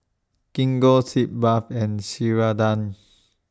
Gingko Sitz Bath and Ceradan